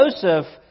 Joseph